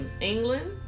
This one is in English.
England